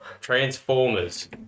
Transformers